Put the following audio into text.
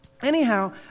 Anyhow